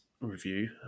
review